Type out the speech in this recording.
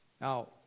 Now